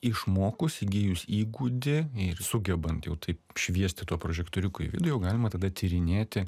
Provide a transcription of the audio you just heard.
išmokus įgijus įgūdį ir sugebant jau taip šviesti prožektoriuką į vidų jau galima tada tyrinėti